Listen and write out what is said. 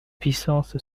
puissance